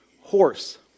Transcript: horse